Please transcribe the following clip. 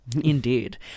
Indeed